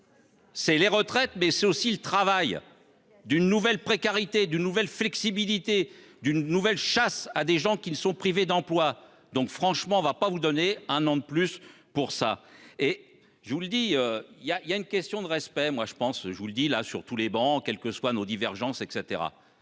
C'est les retraites mais c'est aussi le travail. D'une nouvelle précarité d'une nouvelle flexibilité d'une nouvelle chasse à des gens qui sont privés d'emploi. Donc franchement on va pas vous donner un an de plus pour ça et je vous le dis, il y a il y a une question de respect. Moi je pense, je vous le dis là sur tous les bancs, quelles que soient nos divergences et